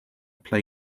play